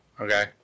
Okay